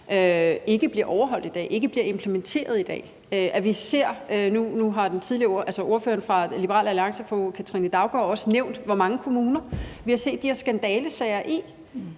ikke bliver overholdt i dag, ikke bliver implementeret i dag, og i hvor mange kommuner – det har ordføreren for Liberal Alliance, fru Katrine Daugaard, også nævnt – vi har set de her skandalesager.